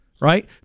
right